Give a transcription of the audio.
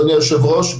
אדוני היושב ראש,